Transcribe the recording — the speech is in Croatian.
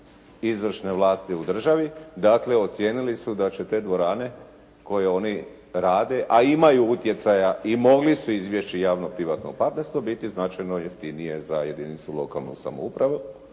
izvršne vlasti u državi, dakle ocijenili su da će te dvorane koje oni rade, a imaju utjecaja i mogli su izbjeći javno-privatno partnerstvo biti značajno jeftinije za jedinicu lokalne samouprave,